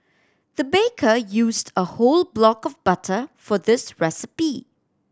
the baker used a whole block of butter for this recipe